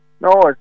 no